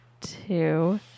two